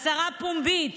הצהרה פומבית